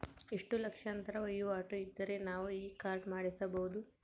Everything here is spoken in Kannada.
ಎಷ್ಟು ಲಕ್ಷಾಂತರ ವಹಿವಾಟು ಇದ್ದರೆ ನಾವು ಈ ಕಾರ್ಡ್ ಮಾಡಿಸಬಹುದು?